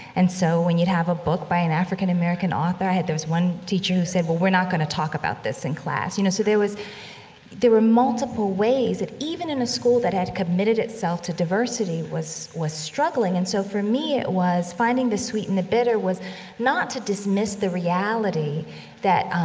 and so, when you'd have a book by an african-american author, i had there was one teacher who said, well, we're not going to talk about this in class. you know, so there was there were multiple ways that, even in a school that had committed itself to diversity was was struggling. and so for me it was finding the sweet and the bitter was not to dismiss the reality that, um,